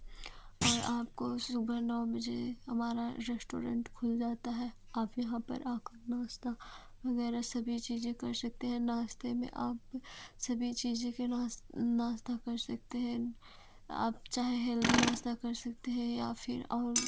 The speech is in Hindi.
और आपको सुबह नौ बजे हमारा रेस्टोरेंट खुल जाता है आप यहाँ पर आकर नाश्ता वगैरह सभी चीज़ कर सकते हैं नाश्ते में आप सभी चीज़ों के नाश्ता नाश्ता कर सकते हैं आप चाहे हेल्दी नाश्ता कर सकते हैं या फिर